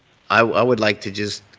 i would like to just,